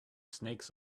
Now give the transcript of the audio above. snakes